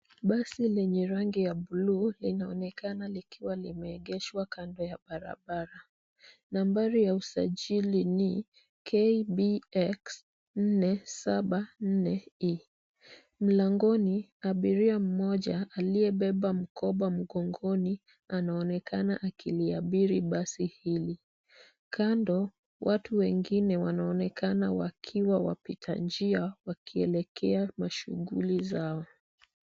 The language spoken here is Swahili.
Basi lenye rangi ya buluu inaonekana likiwa limeegeshwa kando ya barabara. Nambari ya usajili ni KBX 474E. Mlangoni, abiria mmoja aliyebeba mkoba mgongoni, anaonekana akiliabiri basi hili. Kando, watu wengine wanaonekana wakiwa wapita njia wakielekea mashughuli zao.